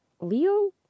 Leo